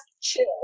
chill